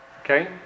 Okay